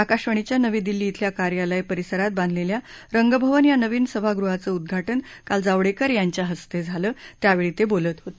आकाशवाणीच्या नवी दिल्ली झिल्या कार्यालय परिसरात बांधलेल्या रंग भवन या नवीन सभागृहाचं उद्घा ज काल जावडेकर यांच्या हस्ते झालं त्यावेळी ते बोलत होते